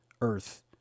earth